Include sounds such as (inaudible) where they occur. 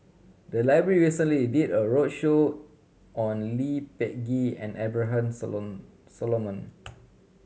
the library recently did a roadshow on Lee Peh Gee and Abraham (unintelligible) Solomon